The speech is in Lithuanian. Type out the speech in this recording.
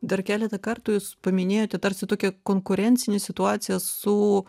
dar keletą kartų jūs paminėjote tarsi tokią konkurencinę situaciją su